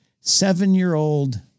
Seven-year-old